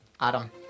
Adam